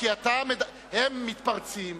הם מתפרצים,